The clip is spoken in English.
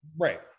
Right